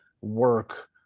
work